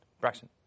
Braxton